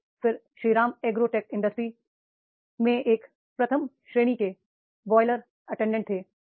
और फिर Shriram agro tech industry में एक प्रथम श्रेणी के बॉयलर अटेंडेंट थे